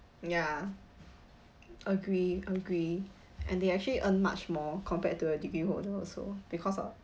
ya agree agree and they actually earn much more compared to a degree holder also because of